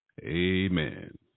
Amen